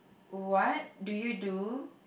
what do you do